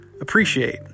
appreciate